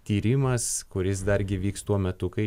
tyrimas kuris dargi vyks tuo metu kai